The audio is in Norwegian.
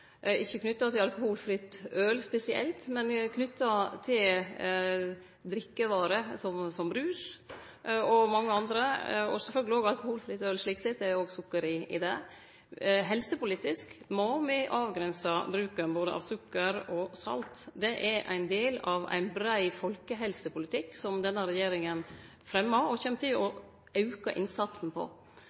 ikkje knytt til alkoholfritt øl spesielt, men det er knytt til drikkevarer som brus og mange andre, og sjølvsagt også til alkoholfritt øl. Slik sett er det òg sukker i det. Helsepolitisk må me avgrense bruken av både sukker og salt. Det er ein del av ein brei folkehelsepolitikk som denne regjeringa fremjer og kjem til å auke innsatsen på